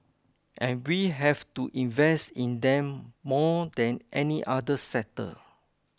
and we have to invest in them more than any other sector